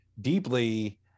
deeply